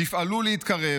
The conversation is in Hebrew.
תפעלו להתקרב,